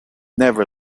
never